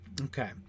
okay